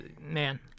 man